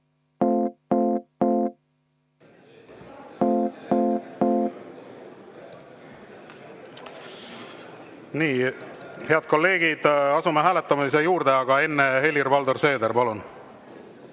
Nii, head kolleegid, asume hääletamise juurde. Aga enne Helir-Valdor Seeder, palun!